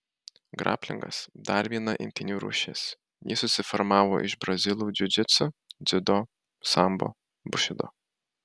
graplingas dar viena imtynių rūšis ji susiformavo iš brazilų džiudžitsu dziudo sambo bušido